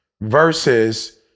versus